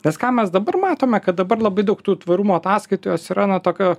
nes ką mes dabar matome kad dabar labai daug tų tvarumo ataskaitos jos yra nuo tokio